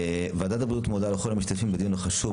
ועדת הבריאות מודה לכל המשתתפים בדיון החשוב,